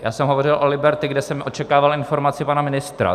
Já jsem hovořil o Liberty, kde jsem očekával informaci pana ministra.